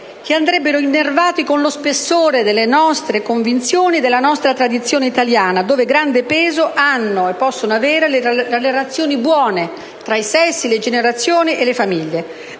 che andrebbero innervati con lo spessore delle nostre convinzioni e della nostra tradizione italiana dove grande peso hanno e possono avere le relazioni buone tra i sessi, le generazioni e le famiglie.